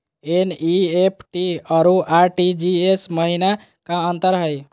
NEFT अरु RTGS महिना का अंतर हई?